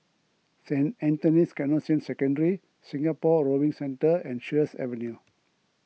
Saint Anthony's Canossian Secondary Singapore Rowing Centre and Sheares Avenue